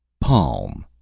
palm!